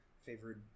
favorite